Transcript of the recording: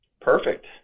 Perfect